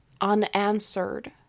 unanswered